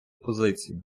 позицію